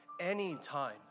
Anytime